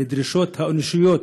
לדרישות האנושיות